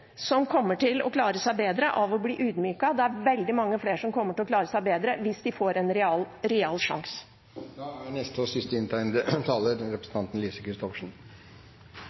som kommer til å klare seg bedre av å bli ydmyket. Det er veldig mange flere som kommer til å klare seg bedre hvis de får en real sjanse. Jeg skal ikke bidra til å forlenge debatten, men det er